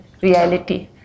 reality